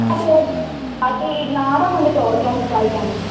അതെ അത് നാടൻ വന്നിട്ട് ഓർഗാനിക് ആയിട്ടാണ്